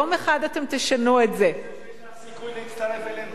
יום אחד אתם תשנו את זה.